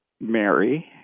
Mary